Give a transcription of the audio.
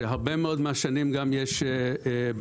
שהרבה מאוד מהשנים גם יש בצורת,